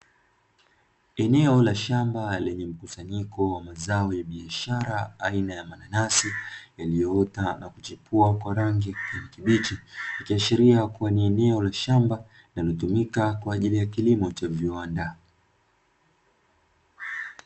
Eneo la shamba lenye mkusanyiko wa mazao ya biashara aina ya mananasi yaliyoota na kuchipua kwa rangi ya kijani kibichi ikiashiria kuwa ni eneo la shamba linalotumika kwa ajili ya kilimo cha viwanda.